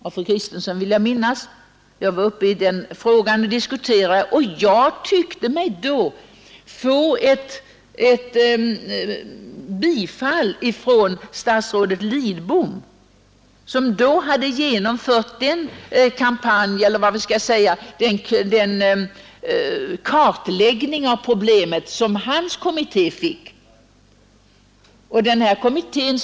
Jag deltog i debatten när denna interpellation besvarades, och jag tyckte mig vid det tillfället få ett gensvar från statsrådet Lidbom som då hade genomfört den kartläggning av problemet som hans kommitté fick i uppdrag att utföra.